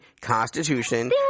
Constitution